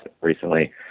recently